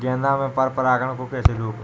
गेंदा में पर परागन को कैसे रोकुं?